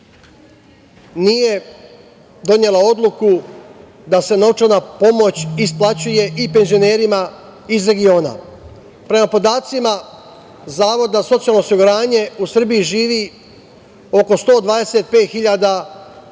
nije donela odluku da se novčana pomoć isplaćuje i penzionerima iz regiona. Prema podacima Zavoda za socijalno osiguranje u Srbiji živi oko 125